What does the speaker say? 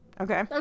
okay